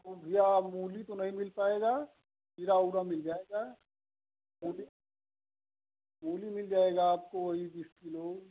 भैया मूली तो नहीं मिल पायेगा खीर वीरा मिल जायेगा मूली मूली मिल जायेगा वो ही बीस किलो